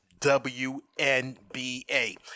WNBA